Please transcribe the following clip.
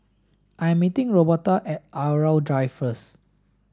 I 'm meeting Roberta at Irau Drive first